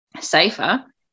safer